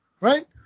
Right